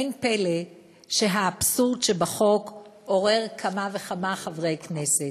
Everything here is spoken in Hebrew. אין פלא שהאבסורד שבחוק עורר כמה וכמה חברי כנסת.